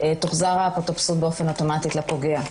תוחזר האפוטרופסות באופן אוטומטי לפוגע.